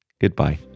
Goodbye